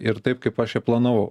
ir taip kaip aš ją planavau